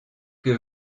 que